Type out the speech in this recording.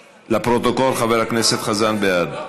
לפרוטוקול, חבר הכנסת חזן בעד.